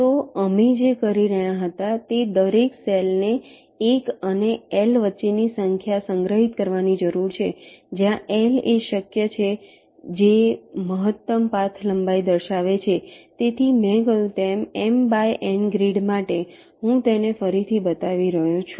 તો અમે જે કહી રહ્યા હતા તે દરેક સેલ ને 1 અને L વચ્ચેની સંખ્યા સંગ્રહિત કરવાની જરૂર છે જ્યાં L એ શક્ય છે જેઇ મહત્તમ પાથ લંબાઈ દર્શાવે છે તેથી મેં કહ્યું તેમ M બાય N ગ્રીડ માટે હું તેને ફરીથી બતાવી રહ્યો છું